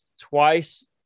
twice